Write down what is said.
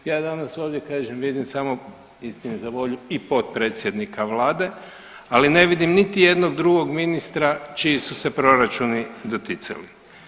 Ja danas ovdje kažem vidim samo istini za volju i potpredsjednika Vlade, ali ne vidim niti jednog drugog ministra čiji su se proračuni doticali.